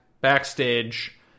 backstage